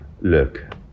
Look